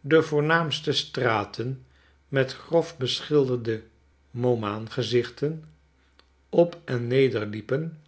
de voornaamste straten met grof beschilderde momaangezichten op en neder liepen